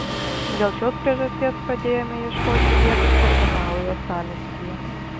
dėl šios priežasties pradėjome ieškoti vietos terminalui uostamiestyje